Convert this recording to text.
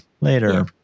Later